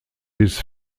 bis